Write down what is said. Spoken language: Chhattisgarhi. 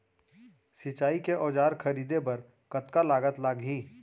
सिंचाई के औजार खरीदे बर कतका लागत लागही?